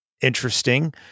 Interesting